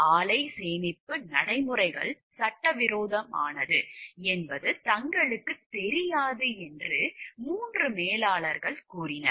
ஆலை சேமிப்பு நடைமுறைகள் சட்டவிரோதமானது என்பது தங்களுக்குத் தெரியாது என்று 3 மேலாளர்கள் கூறினர்